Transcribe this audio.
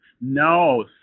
No